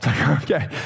Okay